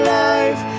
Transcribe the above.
life